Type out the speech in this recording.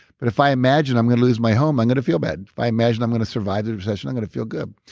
but if i imagine i'm going to lose my home, i'm going to feel bad. if i imagine i'm going to survive the recession. i'm going to feel good.